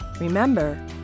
Remember